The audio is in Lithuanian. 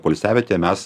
poilsiavietėje mes